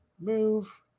move